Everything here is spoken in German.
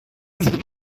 ist